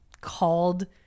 called